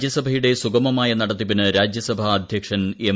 രാജ്യസഭയുടെ സുഗമമായ നടത്തിപ്പിന് രാജ്യസഭ അദ്ധ്യക്ഷൻ എം